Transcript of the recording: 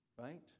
right